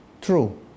True